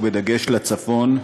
בדגש בצפון.